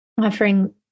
offering